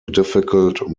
difficult